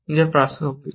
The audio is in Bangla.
যা প্রাসঙ্গিক